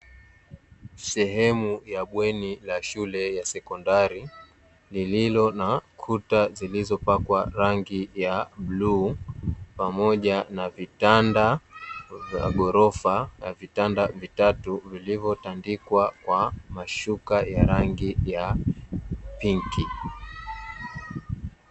Sehemu ya bweni la shule ya sekondari, lililo na kuta zilizopakwa rangi ya bluu, pamoja na vitanda na gorofa ya vitanda vitatu, vilivyotandikwa kwa mashuka ya rangi ya pinki.